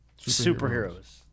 superheroes